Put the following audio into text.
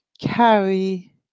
carry